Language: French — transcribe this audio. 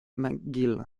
mcgill